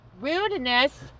Rudeness